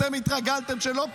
אתם התרגלתם שלא פועלים,